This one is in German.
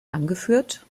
angeführt